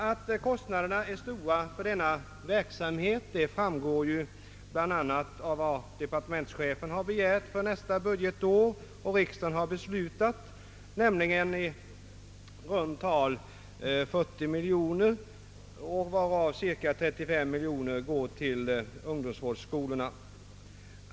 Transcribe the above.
Att kostnaderna för ungdomsvårdsskoleverksamheten är stora framgår av det anslag som riksdagen på departementschefens förslag fattat beslut om för nästa budgetår, nämligen i runt tal 40 miljoner kronor, varav cirka 35 miljoner kronor går till ungdomsvårdsskolorna.